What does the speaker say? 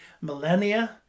millennia